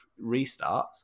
restarts